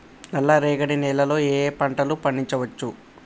నల్లరేగడి నేల లో ఏ ఏ పంట లు పండించచ్చు?